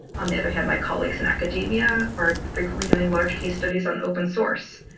on the other hand, my colleagues in academia are frequently doing large case studies on open source.